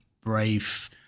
brave